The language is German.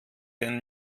den